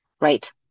right